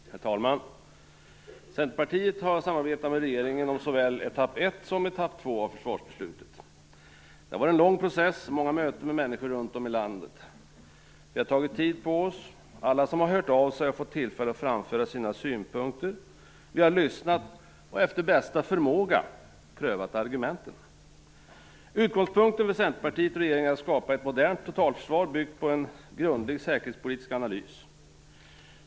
Herr talman! Centerpartiet har samarbetat med regeringen om såväl etapp 1 som etapp 2 av försvarsbeslutet. Det har varit en lång process och många möten med människor runt om i landet. Vi har tagit tid på oss. Alla som hört av sig har fått tillfälle att framföra sina synpunkter. Vi har lyssnat och efter bästa förmåga prövat argumenten. Utgångspunkten för Centerpartiet och regeringen är att skapa ett modernt totalförsvar byggt på en grundlig säkerhetspolitisk analys.